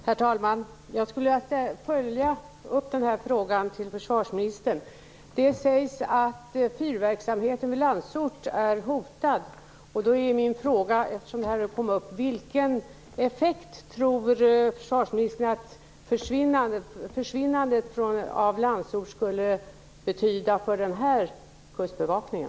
Herr talman! Jag skulle vilja följa upp den här frågan till försvarsministern. Det sägs att fyrverksamheten vid Landsort är hotad. Eftersom detta kom upp är min fråga: Vilken effekt tror försvarsministern att försvinnandet av fyrverksamhet vid Landsort skulle betyda för den här Kustbevakningen?